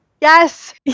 yes